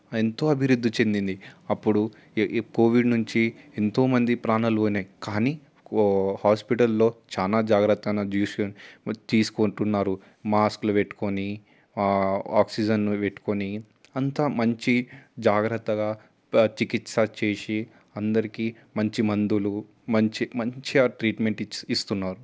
ఎంతో అభివృద్ధి చెందింది అప్పుడు ఈ కోవిడ్ నుంచి ఎంతో మంది ప్రాణాలు పోయాయి కానీ హాస్పిటల్లో చాలా జాగ్రత్తగా తీసుకుంటున్నారు మాస్కులు పెట్టుకొని ఆక్సిజన్లు పెట్టుకొని అంతా మంచి జాగ్రత్తగా చికిత్స చేసి అందరికీ మంచి మందులు మంచి మంచిగా ట్రీట్మెంట్ ఇస్తున్నారు